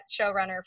showrunner